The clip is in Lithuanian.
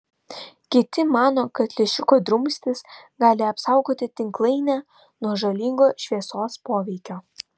kiti mano kad lęšiuko drumstys gali apsaugoti tinklainę nuo žalingo šviesos poveikio